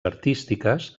artístiques